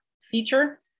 feature